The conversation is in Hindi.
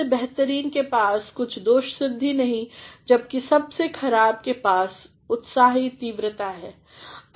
सबसे बेहतरीन के पास कुछदोषसिद्धिनहीं जब की सबसे ख़राब के पास उत्साहीतीव्रताहै